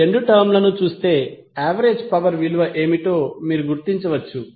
ఈ రెండు టర్మ్ లను చూస్తే యావరేజ్ పవర్ విలువ ఏమిటో మీరు గుర్తించవచ్చు